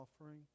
offering